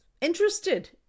interested